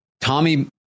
Tommy